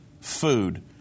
food